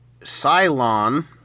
Cylon